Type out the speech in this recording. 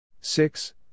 six